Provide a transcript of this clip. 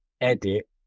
edit